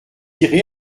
irez